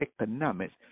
economics